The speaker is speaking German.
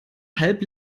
halb